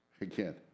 Again